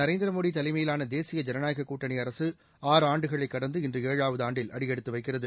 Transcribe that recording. நரேந்திரமோடி தலைமையிலான தேசிய ஜனநாயக கூட்டணி அரசு ஆறு ஆண்டுகளை கடந்து இன்று ஏழாவது ஆண்டில் அடியெடுத்து வைக்கிறது